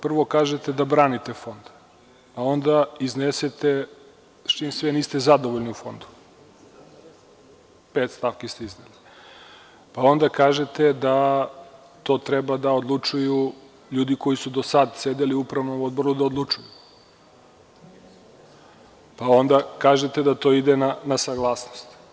Prvo kažete da branite Fond, a onda iznesete sa čime sve niste zadovoljni u Fondu, pet stavki ste izneli, pa onda kažete da to treba da odlučuju ljudi koji su do sada sedeli u Upravnom odboru, pa onda kažete da to ide na saglasnost.